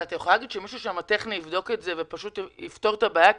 אבל את יכול להגיד שמישהו טכנית יבדוק את זה ופשוט יפתור את הבעיה?